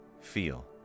feel